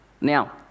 Now